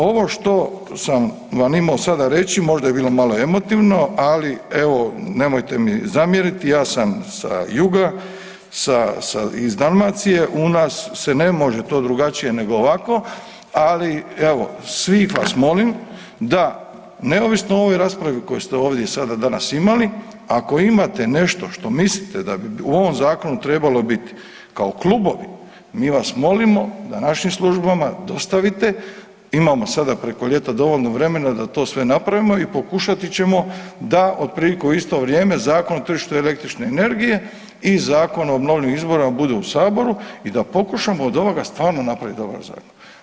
Ovo što sam vam imao sada reći možda je bilo malo emotivno, ali evo nemojte mi zamjeriti ja sam sa juga iz Dalmacije, u nas se može to drugačije nego ovako, ali evo svih vas molim da neovisno o ovoj raspravi koju ste ovdje sada danas imali, ako imate nešto što mislite da bi u ovom zakonu trebalo biti kao klubovi mi vas molimo da našim službama dostavite, imamo sada preko ljeta dovoljno vremena da to sve napravimo i pokušati ćemo da otprilike u isto vrijeme Zakon o tržištu električne energije i Zakon o obnovljivim izvorima bude u saboru i da pokušamo od ovoga stvarno napraviti dobar zakon.